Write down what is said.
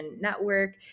Network